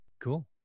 Cool